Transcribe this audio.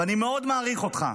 ואני מאוד מעריך אותך,